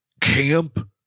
camp